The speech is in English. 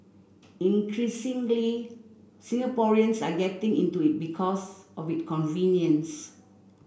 increasingly Singaporeans are getting into it because of it convenience